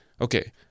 okay